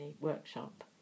workshop